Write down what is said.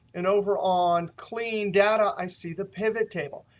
and over on clean data, i see the pivot table.